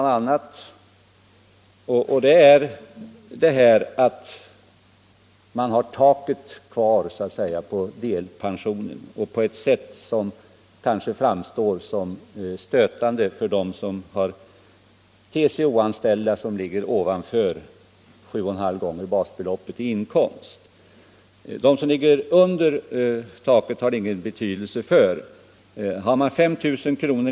Den består däri att man har taket kvar på delpensionen på ett sätt som framstår som stötande för de TCO-anslutna som ligger ovanför 7,5 gånger basbeloppet i inkomst. För dem som ligger under taket har det ingen betydelse. Har man 5 000 kr.